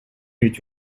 ведь